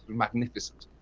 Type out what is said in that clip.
magnificent.